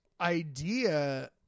idea